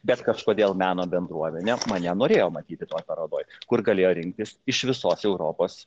bet kažkodėl meno bendruomenė mane norėjo matyti toj parodoj kur galėjo rinktis iš visos europos